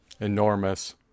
enormous